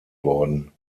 worden